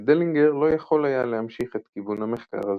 ודלינגר לא יכול היה להמשיך את כיוון המחקר הזה.